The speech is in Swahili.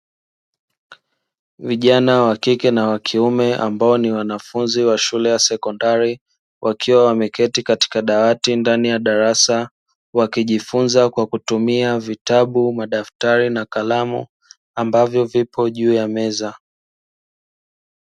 Vijana wa kike na wa kiume ambao ni wanafunzi wa shule ya sekondari, wakiwa wameketi katika dawati ndani ya darasa, wakijifunza kwa kutumia vitabu, madaftari na kalamu, ambavyo vipo juu ya meza.